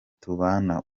tubana